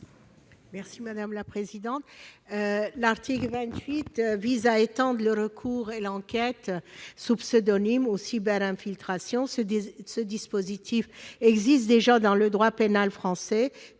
l'amendement n° 52. L'article 28 vise à étendre le recours et l'enquête sous pseudonyme aux cyberinfiltrations. Ce dispositif existe déjà dans le droit pénal français,